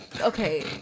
okay